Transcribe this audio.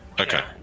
Okay